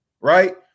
right